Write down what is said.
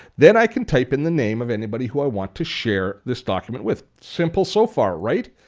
then i can type in the name of anybody who i want to share this document with. simple so far, right?